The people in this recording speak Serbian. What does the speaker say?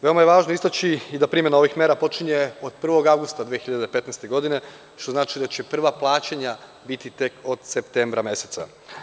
Veoma je važno istaći da primena ovih mera počinje od 1. avgusta 2015. godine, što znači da će prva plaćanja biti odseptembra meseca.